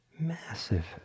Massive